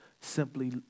simply